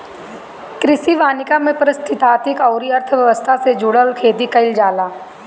कृषि वानिकी में पारिस्थितिकी अउरी अर्थव्यवस्था से जुड़ल खेती कईल जाला